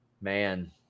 Man